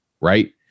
right